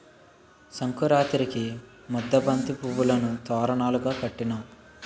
సంకురాతిరికి ముద్దబంతి పువ్వులును తోరణాలును కట్టినాం